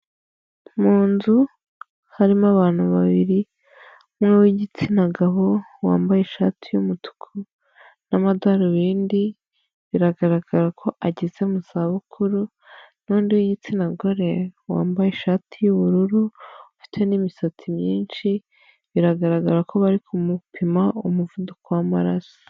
Mu nzu, harimo abantu babiri, umwe w'igitsina gabo wambaye ishati y'umutuku n'amadarubindi biragaragara ko ageze mu zabukuru, nundi w'igitsina gore wambaye ishati y'ubururu ufite n'imisatsi myinshi, biragaragara ko bari kumupima umuvuduko w'amaraso.